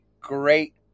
great